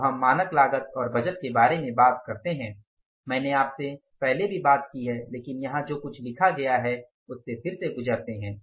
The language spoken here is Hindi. अब हम मानक लागत और बजट के बारे में बात करते हैं मैंने आपसे पहले भी बात की है लेकिन यहाँ जो कुछ लिखा गया है उससे गुजरते हैं